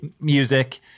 music